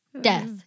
Death